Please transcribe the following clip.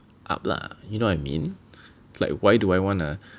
up lah you know what I mean like why do I wanna